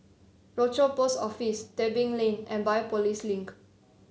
Rochor Post Office Tebing Lane and Biopolis Link